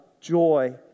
joy